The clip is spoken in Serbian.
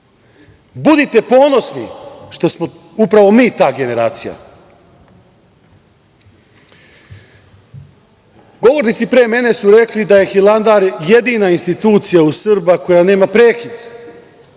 ponosni što smo upravo mi ta generacija. Govornici pre mene su rekli da je Hilandar jedina institucija u Srba koja nema prekid.